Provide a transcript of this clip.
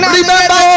Remember